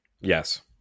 yes